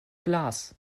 glas